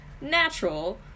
natural